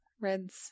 Red's